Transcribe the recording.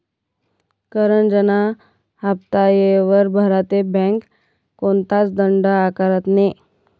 करजंना हाफ्ता येयवर भरा ते बँक कोणताच दंड आकारत नै